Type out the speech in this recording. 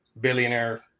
billionaire